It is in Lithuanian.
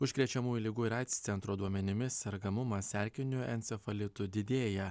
užkrečiamųjų ligų ir aids centro duomenimis sergamumas erkiniu encefalitu didėja